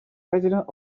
president